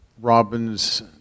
Robin's